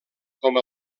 com